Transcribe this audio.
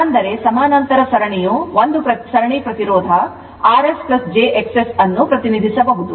ಅಂದರೆ ಸಮಾನಾಂತರ ಸರಣಿಯು ಒಂದು ಸರಣಿ ಪ್ರತಿರೋಧ rs jXS ಅನ್ನು ಪ್ರತಿನಿಧಿಸಬಹುದು